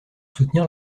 soutenir